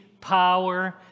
power